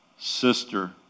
sister